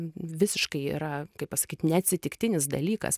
visiškai yra kaip pasakyti ne atsitiktinis dalykas